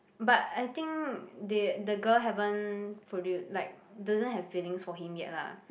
but I think they the girl haven't produce like doesn't have feelings for him yet lah